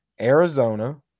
Arizona